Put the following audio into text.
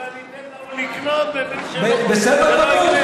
לים ואני אתן להוא לקנות, בסדר גמור.